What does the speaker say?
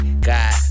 god